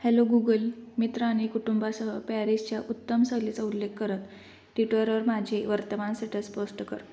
hello Google मित्र आणि कुटुंबासह पॅरिसच्या उत्तम सहलीचा उल्लेख करत टिटरवर माझे वर्तमान सेटस पोस्ट कर